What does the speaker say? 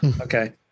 okay